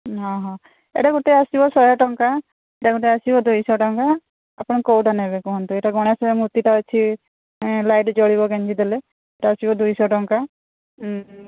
ହଁ ହଁ ଏଇଟା ଗୋଟେ ଆସିବ ଶହେ ଟଙ୍କା ଏଇଟା ଗୋଟେ ଆସିବ ଦୁଇଶହ ଟଙ୍କା ଆପଣ କୋଉଟା ନେବେ କୁହନ୍ତୁ ଏଇଟା ଗଣେଶ ମୂର୍ତ୍ତିଟା ଅଛି ଲାଇଟ ଜଳିବ ଗେଞ୍ଜିଦେଲେ ଏଇଟା ଆସିବ ଦୁଇଶହ ଟଙ୍କା ହୁଁ